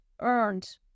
earned